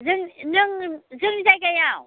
जों नों जोंनि जायगायाव